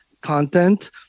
content